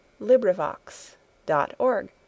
LibriVox.org